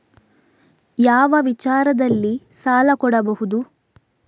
ಯಾವ ವಿಚಾರದಲ್ಲಿ ಸಾಲ ಕೊಡಬಹುದು?